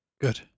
Good